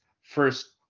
first